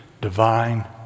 divine